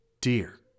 Dear